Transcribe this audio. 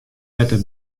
better